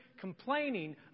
Complaining